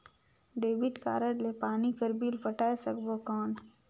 Debit card ले पानी कर बिल पटाय सकबो कौन?